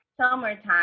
summertime